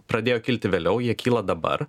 pradėjo kilti vėliau jie kyla dabar